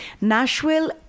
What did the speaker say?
Nashville